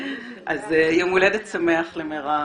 אז יום הולדת שמח למירב.